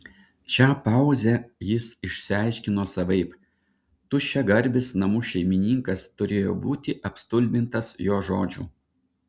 šią pauzę jis išsiaiškino savaip tuščiagarbis namų šeimininkas turėjo būti apstulbintas jo žodžių